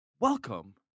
Welcome